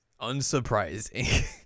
Unsurprising